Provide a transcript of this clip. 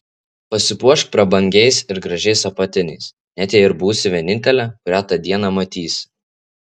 pasipuošk prabangiais ir gražiais apatiniais net jei ir būsi vienintelė kurią tą dieną matysi